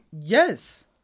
Yes